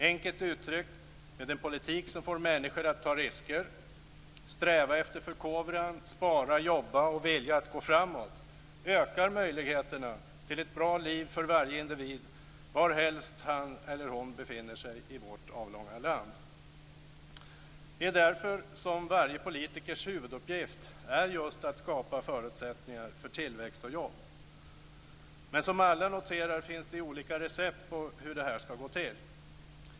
Enkelt uttryckt: Med en politik som får människor att ta risker, sträva efter förkovran, spara, jobba och vilja gå framåt ökar möjligheterna till ett bra liv för varje individ varhelst han eller hon befinner sig i vårt avlånga land. Det är därför som varje politikers huvuduppgift är just att skapa förutsättningar för tillväxt och jobb. Men som alla noterar finns det olika recept på hur detta skall gå till.